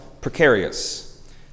precarious